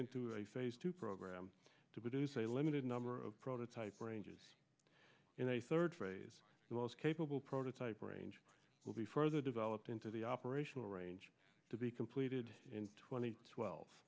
into a phase two program to produce a limited number of prototype ranges in a third phase the most capable prototype range will be further developed into the operational range to be completed in twenty twelve